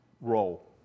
role